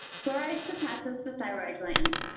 fluoride suppresses the thyroid gland.